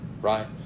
right